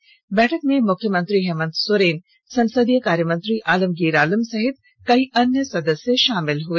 इस बैठक में मुख्यमंत्री हेमंत सोरेन संसदीय कार्यमंत्री आलमगीर आलम सहित कई अन्य सदस्य शामिल हुए